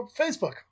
Facebook